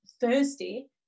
Thursday